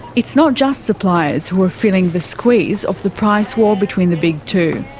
it's not just suppliers who are feeling the squeeze of the price war between the big two.